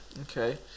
Okay